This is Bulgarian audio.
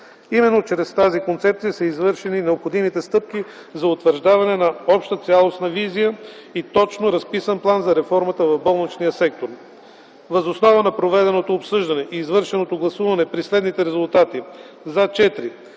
Именно чрез тази концепция са извършени необходимите стъпки за утвърждаване на обща цялостна визия и точно разписан план за реформата в болничния сектор. Въз основа на проведеното обсъждане и извършеното гласуване при следните резултати: „за”